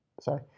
sorry